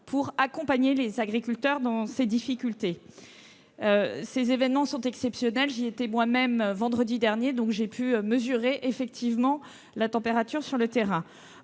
pour accompagner les agriculteurs dans ces difficultés. Ces événements sont exceptionnels ; j'étais moi-même sur place vendredi dernier, et j'ai pu mesurer la température sur le terrain.